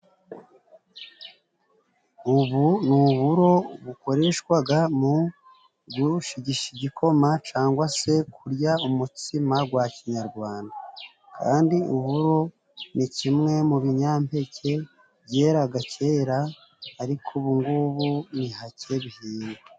Ubu ni uburo bukoreshwaga mu gushigisha igikoma cangwa se kurya umutsima gwa kinyarwanda kandi uburo ni kimwe mu binyampeke byeraga kera ariko ubungubu ni hake bihingwa.